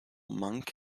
monk